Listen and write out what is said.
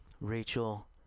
Rachel